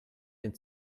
den